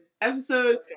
episode